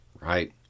right